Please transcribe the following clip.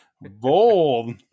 Bold